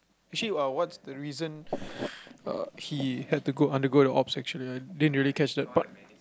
actually uh what's the reason uh he had to go undergo the ops I didn't really catch that part